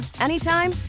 anytime